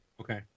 okay